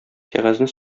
кәгазьне